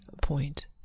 point